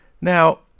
Now